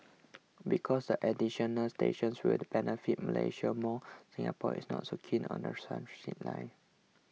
because the additional stations will benefit Malaysia more Singapore is not so keen on the transit line